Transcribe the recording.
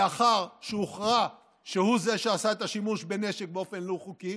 לאחר שהוכרע שהוא זה שעשה את השימוש בנשק באופן לא חוקי,